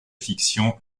fiction